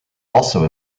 also